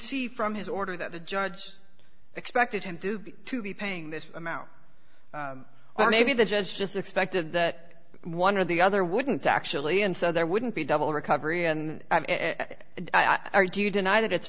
see from his order that the judge expected him to be to be paying this amount well maybe the judge just expected that one or the other wouldn't actually and so there wouldn't be double recovery and i do you deny that it's